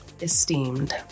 Esteemed